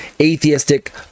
atheistic